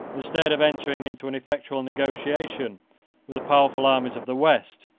instead of entering into an effectual negotiation with the powerful armies of the west,